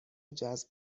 جذب